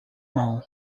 mão